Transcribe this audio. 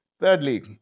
Thirdly